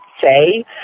say